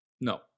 No